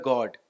God